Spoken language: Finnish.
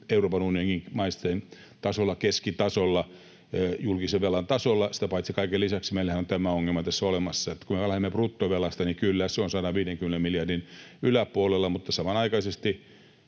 Euroopan unionin maitten tasolla noin keskitasolla julkisen velan tasolla. Sitä paitsi kaiken lisäksi meillähän on tämä ongelma tässä olemassa, että kun me lähdemme bruttovelasta, niin kyllä, se on 150 miljardin yläpuolella, mutta samanaikaisesti